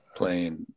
Playing